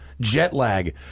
Jetlag